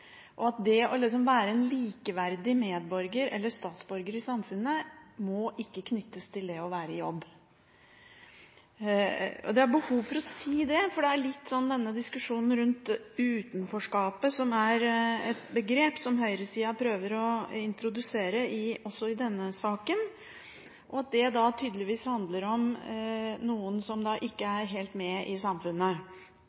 å si at alle i samfunnet er akkurat like mye verdt, enten en er i jobb eller ikke. Det å være en likeverdig medborger i samfunnet må ikke knyttes til det å være i jobb. Det er behov for å si det, for denne diskusjonen rundt «utenforskapet» – som er et begrep som høyresida prøver å introdusere, også i denne saken – handler tydeligvis om noen som